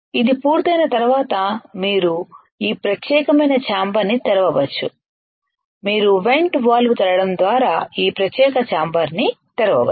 ఇది పూర్తయిన తర్వాత మీరు ఈ ప్రత్యేకమైన చాంబర్ ని తెరవవచ్చు మీరు వెంట్ వాల్వ్ తెరవడం ద్వారా ఈ ప్రత్యేక చాంబర్ ని తెరవవచ్చు